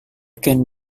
can